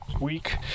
week